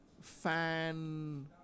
fan